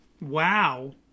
Wow